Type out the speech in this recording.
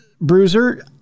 Bruiser